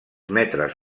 metres